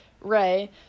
ray